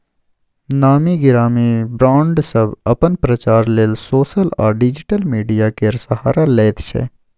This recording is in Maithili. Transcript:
नामी गिरामी ब्राँड सब अपन प्रचार लेल सोशल आ डिजिटल मीडिया केर सहारा लैत छै